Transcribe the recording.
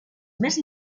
més